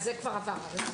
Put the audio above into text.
על זה כבר עברנו.